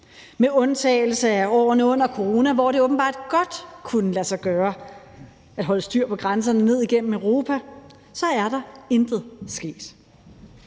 Med undtagelse af årene under corona, hvor det åbenbart godt kunne lade sig gøre at holde styr på grænserne ned igennem Europa, så er der intet sket.